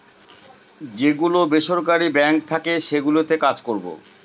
যে গুলো বেসরকারি বাঙ্ক থাকে সেগুলোতে কাজ করবো